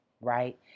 right